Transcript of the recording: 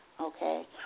Okay